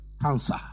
cancer